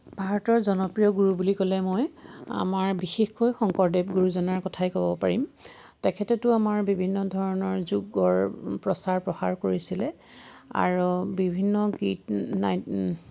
ভাৰতৰ জনপ্ৰিয় গুৰু বুলি ক'লে মই আমাৰ বিশেষকৈ শংকৰদেৱ গুৰুজনাৰ কথাই ক'ব পাৰিম তেখেতেটো আমাৰ বিভিন্ন ধৰণৰ যোগৰ প্ৰচাৰ প্ৰসাৰ কৰিছিলে আৰু বিভিন্ন গীত নাট